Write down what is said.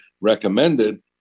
recommended